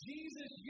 Jesus